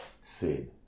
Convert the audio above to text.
sin